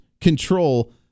control